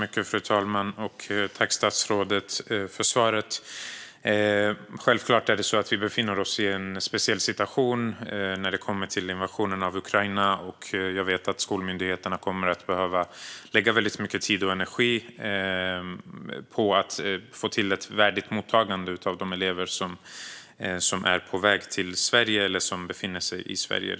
Fru talman! Tack, statsrådet, för svaret! Självklart befinner vi oss i en speciell situation när det kommer till invasionen av Ukraina. Jag vet att skolmyndigheterna kommer att behöva lägga väldigt mycket tid och energi på att få till ett värdigt mottagande av de elever som är på väg till Sverige eller som redan nu befinner sig i Sverige.